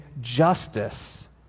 justice